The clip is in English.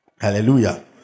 Hallelujah